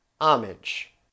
homage